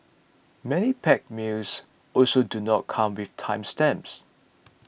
many packed meals also do not come with time stamps